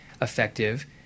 effective